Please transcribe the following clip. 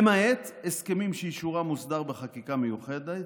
למעט הסכמים שאישורם הוסדר בחקיקה מיוחדת,